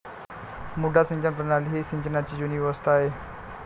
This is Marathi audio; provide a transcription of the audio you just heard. मुड्डा सिंचन प्रणाली ही सिंचनाची जुनी व्यवस्था आहे